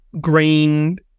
green